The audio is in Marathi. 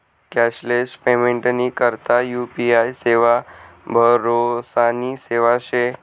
कॅशलेस पेमेंटनी करता यु.पी.आय सेवा भरोसानी सेवा शे